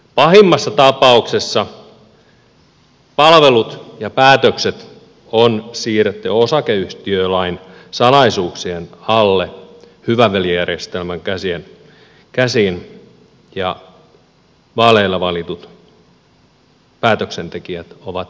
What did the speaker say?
pahimmassa tapauksessa palvelut ja päätökset on siirretty osakeyhtiölain salaisuuksien alle hyvä veli järjestelmän käsiin ja vaaleilla valitut päätöksentekijät ovat sivuosassa